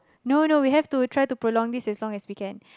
no no we have to try to prolong this as long as we can